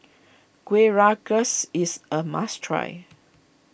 Kueh Rengas is a must try